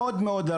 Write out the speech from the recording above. הרבה מאוד אנשים,